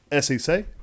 SEC